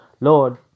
Lord